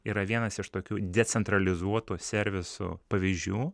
yra vienas iš tokių decentralizuotų servisų pavyzdžių